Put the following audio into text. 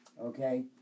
okay